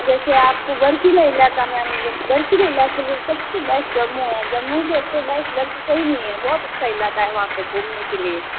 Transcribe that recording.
जैसे आपको बर्फीले इलाका मैम बर्फीले इलाके में सबसे बेस्ट जम्मू है जम्मू से अच्छा बेस्ट कहीं नहीं है बहुत अच्छा इलाका है वहाँ पे घूमने के लिए